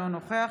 אינו נוכח